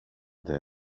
det